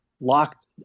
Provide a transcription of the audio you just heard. locked